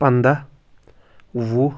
پَنٛداہ وُہ